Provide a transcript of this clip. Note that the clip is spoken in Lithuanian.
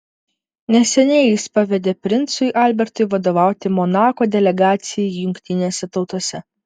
neseniai jis pavedė princui albertui vadovauti monako delegacijai jungtinėse tautose